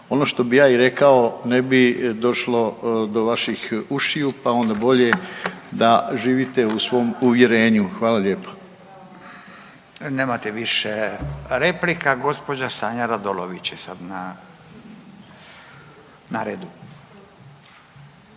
ono što bih ja i rekao ne bi došlo do vaših ušiju, pa onda bolje da živite u svom uvjerenju. Hvala lijepo. **Radin, Furio (Nezavisni)** Nemate više replika. Gđa. Sanja Radolović je sad na redu,